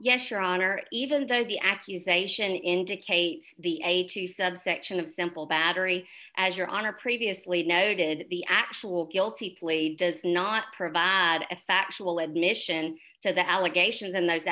yes your honor even though the accusation indicate the eighty subsection of simple battery as your honor previously noted the actual guilty plea does not provide a factual admission to the allegations in those